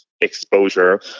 exposure